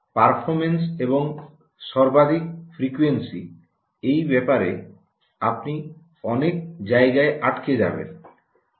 performance এবং সর্বাধিক frequency এই ব্যাপারে আপনি অনেক জায়গায় আটকে যাবেন